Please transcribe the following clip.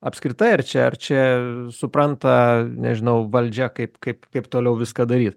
apskritai ar čia ar čia supranta nežinau valdžia kaip kaip kaip toliau viską daryt